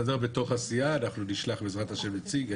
נסתדר בתוך הסיעה, נשלח בעזרת השם נציג.